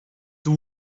the